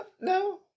no